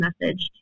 message